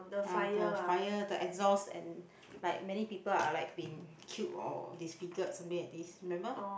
uh the fire the exhaust and like many people are like been killed or disfigured something like this remember